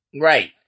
Right